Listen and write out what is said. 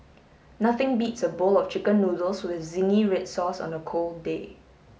nothing beats a bowl of chicken noodles with zingy red sauce on a cold day